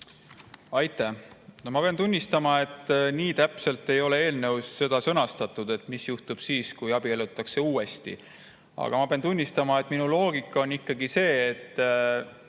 Aitäh! Ma pean tunnistama, et nii täpselt ei ole eelnõus sõnastatud seda, mis juhtub siis, kui abiellutakse uuesti. Aga ma pean tunnistama, et minu loogika on see, et